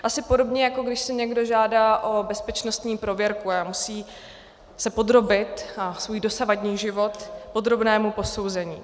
Asi podobně, jako když si někdo žádá o bezpečnostní prověrku a musí se podrobit a svůj dosavadní život podrobnému posouzení.